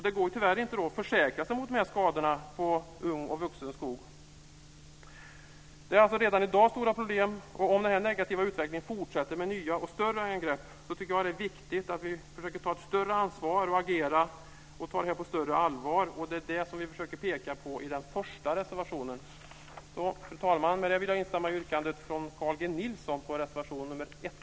Det går tyvärr inte att försäkra sig mot dessa skador på ung och vuxenskog. Det finns alltså stora problem redan i dag. Om den negativa utvecklingen fortsätter med nya och större angrepp så tycker jag att det är viktigt att vi försöker ta ett större ansvar, agerar och tar detta på större allvar. Det är det som vi försöker peka på i den första reservationen. Fru talman! Med detta vill jag instämma i yrkandet från Carl G Nilsson på reservation nr 1.